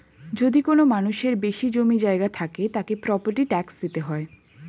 যদি কোনো মানুষের বেশি জমি জায়গা থাকে, তাকে প্রপার্টি ট্যাক্স দিতে হয়